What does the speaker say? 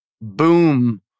boom